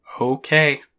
Okay